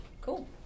cool